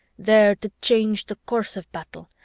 there to change the course of battle,